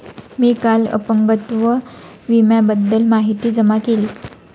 मी काल अपंगत्व विम्याबद्दल माहिती जमा केली